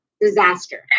disaster